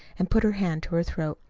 and put her hand to her throat.